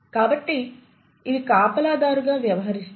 కాబట్టి ఇవి కాపలాదారుగా వ్యవహరిస్తాయి